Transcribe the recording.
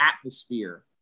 atmosphere